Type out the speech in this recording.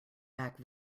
back